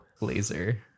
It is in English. laser